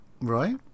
right